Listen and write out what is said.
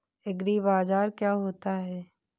एग्रीबाजार क्या होता है?